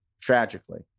tragically